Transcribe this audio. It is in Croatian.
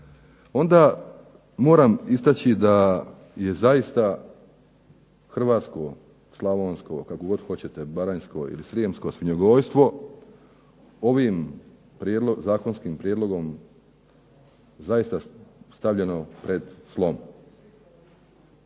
onda moram istaći da je zaista Hrvatsko, Slavonsko, Baranjsko ili Srijemsko svinjogojstvo ovim zakonskim prijedlogom zaista stavilo pred slom.